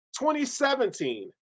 2017